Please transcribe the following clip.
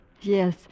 Yes